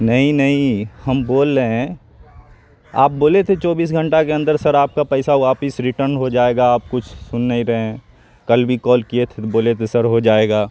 نہیں نہیں ہم بول رہے ہیں آپ بولے تھے چوبیس گھنٹہ کے اندر سر آپ کا پیسہ واپس ریٹرن ہو جائے گا آپ کچھ سن نہیں رہے ہیں کل بھی کال کیے تھے تو بولے تھے سر ہو جائے گا